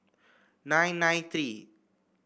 nine nine three